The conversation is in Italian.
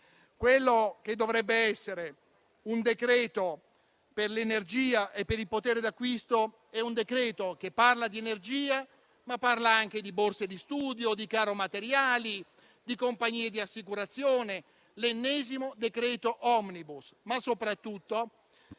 quello che dovrebbe essere un decreto-legge per l'energia e per il potere d'acquisto è un decreto che parla di energia, ma anche di borse di studio, di caro materiali e di compagnie di assicurazione. È l'ennesimo decreto *omnibus*, ma soprattutto